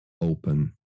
open